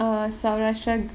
err sara